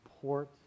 support